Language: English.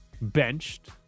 benched